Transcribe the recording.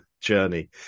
journey